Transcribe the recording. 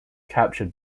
captured